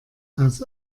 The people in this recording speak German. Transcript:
aus